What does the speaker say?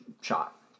shot